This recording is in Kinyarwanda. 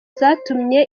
zatumye